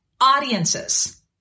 audiences